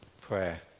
prayer